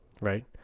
Right